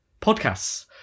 podcasts